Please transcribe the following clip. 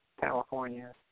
California